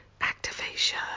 Activation